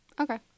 Okay